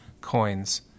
coins